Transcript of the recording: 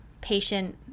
patient